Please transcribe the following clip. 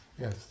Yes